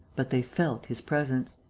but they felt his presence.